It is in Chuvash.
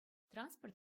транспорт